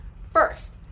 First